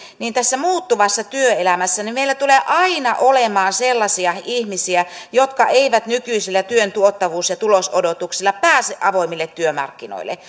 niin tässä muuttuvassa työelämässä meillä tulee aina olemaan sellaisia ihmisiä jotka eivät nykyisillä työn tuottavuus ja tulosodotuksilla pääse avoimille työmarkkinoille